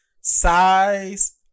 size